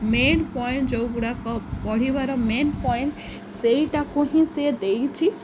main point ଯେଉଁ ଗୁଡ଼ାକ ପଢ଼ିବାର ମେନ୍ ପଏଣ୍ଟ ସେଇଟାକୁ ହିଁ ସିଏ ଦେଇଛି